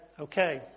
Okay